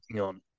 on